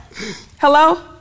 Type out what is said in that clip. Hello